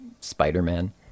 Spider-Man